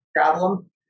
problem